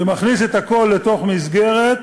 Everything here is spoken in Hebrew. ומכניס את הכול לתוך מסגרת